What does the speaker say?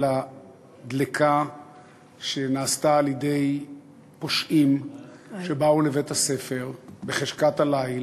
אלא דלקה שנעשתה על-ידי פושעים שבאו לבית-הספר בחשכת הליל,